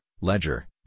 Ledger